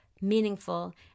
meaningful